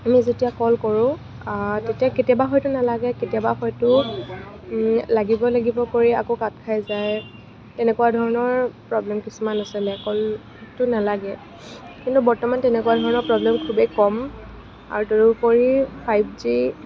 আমি যেতিয়া কল কৰোঁ তেতিয়া কেতিয়াবা হয়তো নালাগে কেতিয়াবা হয়তো লাগিব লাগিব কৰি আকৌ কাট খাই যায় এনেকুৱা ধৰণৰ প্ৰব্লেম কিছুমান আছিলে কলটো নালাগে কিন্তু বৰ্তমান তেনেকুৱা ধৰণৰ প্ৰব্লেম খুবেই কম আৰু তদুপৰি ফাইভ জি